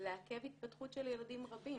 לעכב התפתחות של ילדים רבים.